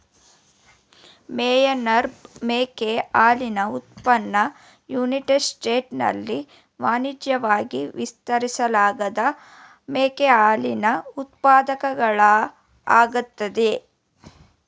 Meyenberg ಮೇಕೆ ಹಾಲಿನ ಉತ್ಪನ್ನ ಯುನೈಟೆಡ್ ಸ್ಟೇಟ್ಸ್ನಲ್ಲಿ ವಾಣಿಜ್ಯಿವಾಗಿ ವಿತರಿಸಲಾದ ಮೇಕೆ ಹಾಲಿನ ಉತ್ಪಾದಕಗಳಾಗಯ್ತೆ